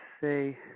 say